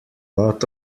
lot